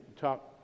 talk